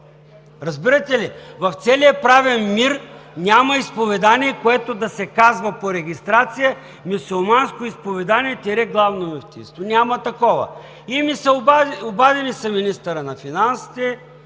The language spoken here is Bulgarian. разбирате ли? В целия правен мир няма изповедание, което да се казва по регистрация „Мюсюлманско изповедание – Главна мюфтийство“. Няма такова. Обади ми се министърът на финансите,